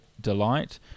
delight